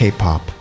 K-Pop